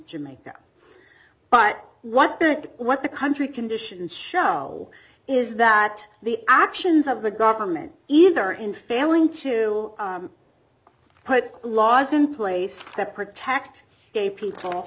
jamaica but what what the country conditions show is that the actions of the government either in failing to put laws in place that protect gay people